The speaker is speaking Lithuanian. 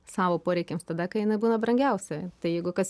savo poreikiams tada kai jinai būna brangiausia tai jeigu kas